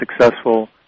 successful